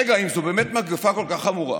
רגע, אם זו באמת מגפה כל כך חמורה